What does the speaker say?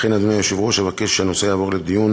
לכן, אדוני היושב-ראש, אבקש שהנושא יועבר לדיון